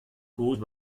kozh